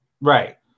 Right